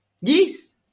Yes